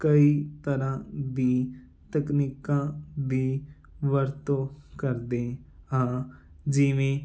ਕਈ ਤਰ੍ਹਾਂ ਦੀ ਤਕਨੀਕਾਂ ਦੀ ਵਰਤੋ ਕਰਦੇ ਹਾਂ ਜਿਵੇਂ